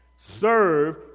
serve